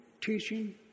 teaching